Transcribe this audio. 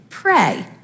pray